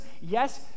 yes